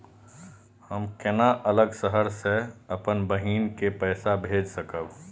हम केना अलग शहर से अपन बहिन के पैसा भेज सकब?